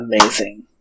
amazing